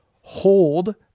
hold